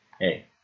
Hey